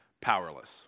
powerless